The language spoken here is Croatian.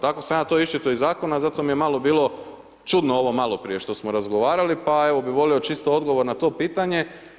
Tako sam ja to iščitao iz zakona, zato mi je malo bilo čudno ovo maloprije što smo razgovarali, pa evo bi volio čisto odgovor na to pitanje.